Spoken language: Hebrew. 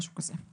משהו כזה.